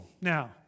now